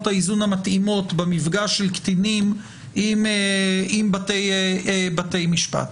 האיזון המתאימות במפגש של קטינים עם בתי משפט.